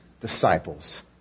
disciples